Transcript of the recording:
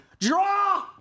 draw